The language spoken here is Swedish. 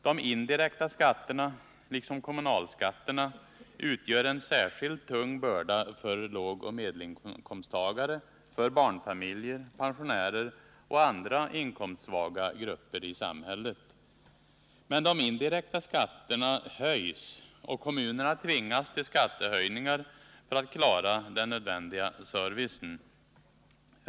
De indirekta skatterna liksom kommunalskatterna utgör en särskilt tung börda för lågoch medelinkomsttagare, för barnfamiljer, för pensionärer och för andra inkomstsvaga grupper i samhället. Men de indirekta skatterna höjs, och kommunerna tvingas till skattehöjningar för att klara den nödvändiga servicen.